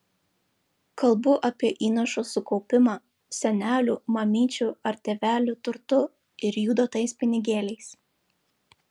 kalbu apie įnašo sukaupimą senelių mamyčių ar tėvelių turtu ir jų duotais pinigėliais